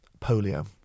polio